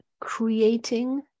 creating